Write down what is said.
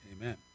Amen